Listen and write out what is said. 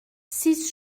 six